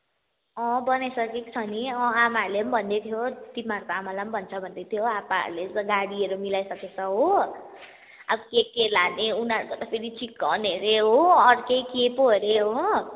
अँ बनाइसकेको छ नि अँ आमाहरूले पनि भन्दैथियो तिमीहरूको आमालाई पनि भन्छु भन्दैथियो हो आप्पाहरूले त गाडीहरू मिलाइसकेको छ हो अब के के लाने उनीहरूको त फेरि चिकन अरे हो अर्कै के पो अरे हो